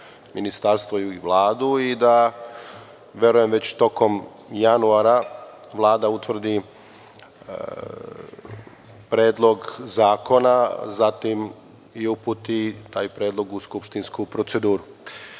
Ministarstvo i Vladu i da verujem već tokom januara Vlada utvrdi predlog zakona, zatim i uputi taj predlog u skupštinsku proceduru. Nacrt